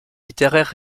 littéraires